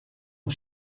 aux